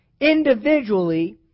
individually